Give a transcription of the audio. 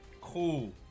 cool